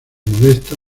modesta